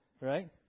Right